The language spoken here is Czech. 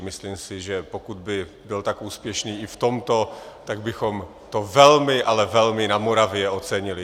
Myslím si, že pokud by byl tak úspěšný i v tomto, tak bychom to velmi, ale velmi na Moravě ocenili.